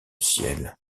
ciel